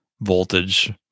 voltage